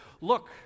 look